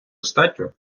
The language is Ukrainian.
статтю